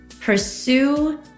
Pursue